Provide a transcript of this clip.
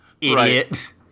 Idiot